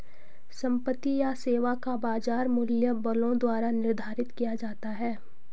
संपत्ति या सेवा का बाजार मूल्य बलों द्वारा निर्धारित किया जाता है